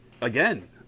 again